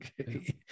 Okay